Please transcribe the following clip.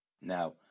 Now